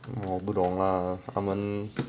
我不懂啦他们